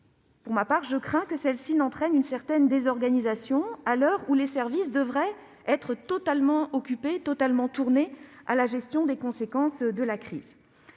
Pour ma part, je crains que cette réforme n'entraîne une certaine désorganisation, à l'heure où les services devraient être totalement tournés vers la gestion des conséquences de la crise.